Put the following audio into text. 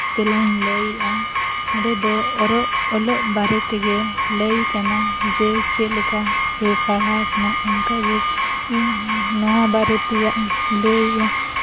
ᱛᱮᱞᱟᱧ ᱞᱟᱹᱭᱮᱫᱼᱟ ᱚᱸᱰᱮ ᱫᱚ ᱚᱞᱚᱜ ᱵᱟᱨᱮ ᱛᱮᱜᱮ ᱞᱟᱹᱭ ᱠᱟᱱᱟ ᱡᱮ ᱪᱮᱫᱞᱮᱠᱟ ᱯᱮ ᱯᱟᱲᱦᱟᱣ ᱟᱠᱟᱱᱟ ᱚᱱᱠᱟᱜᱮ ᱤᱧᱦᱚᱸ ᱱᱚᱣᱟ ᱵᱟᱨᱮ ᱛᱮᱭᱟᱜ ᱤᱧ ᱞᱟᱹᱭᱟ